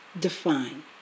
define